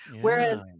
Whereas